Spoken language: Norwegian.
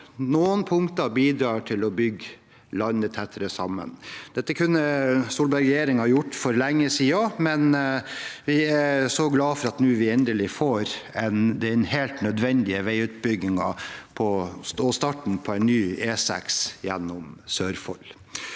noen punkter bidrar til å bygge landet tettere sammen. Dette kunne Solberg-regjeringen gjort for lenge siden, men vi er glade for at vi nå endelig får den helt nødvendige veiutbyggingen og starten på ny E6 gjennom Sørfold.